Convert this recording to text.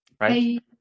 right